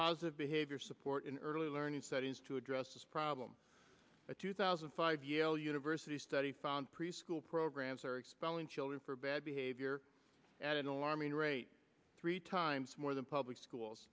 positive behavior support in early learning studies to address this problem a two thousand and five year old university study found preschool programs are expelling children for bad behavior at an alarming rate three times more than public schools